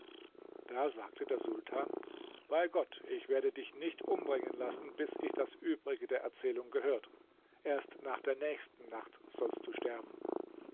da sagte der sultan bei gott ich werde dich nicht umbringen lassen bis ich das übrige der erzählung gehört erst nach der nächsten nacht sollst du sterben